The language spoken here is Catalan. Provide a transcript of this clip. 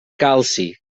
calci